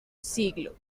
siglo